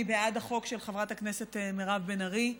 אני בעד החוק של חברת הכנסת מירב בן ארי,